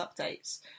updates